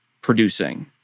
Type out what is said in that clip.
producing